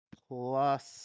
plus